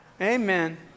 Amen